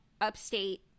upstate